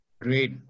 Great